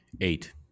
Eight